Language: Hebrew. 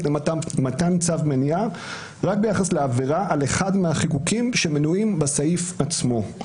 למתן צו מניעה רק ביחס לעבירה על אחד מהחיקוקים שמנויים בסעיף עצמו,